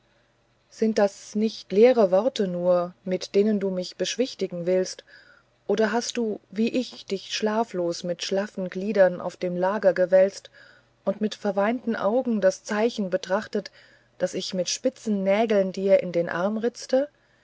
sind das nicht nur leere worte mit denen du mich beschwichtigen willst oder hast du wie ich dich schlaflos mit schlaffen gliedern auf dem lager gewälzt und mit verweinten augen das zeichen betrachtet das ich mit spitzen nägeln dir in den arm ritzte